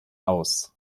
aus